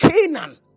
Canaan